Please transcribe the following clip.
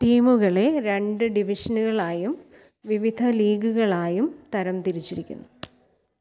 ടീമുകളെ രണ്ട് ഡിവിഷനുകളായും വിവിധ ലീഗുകളായും തരംതിരിച്ചിരിക്കുന്നു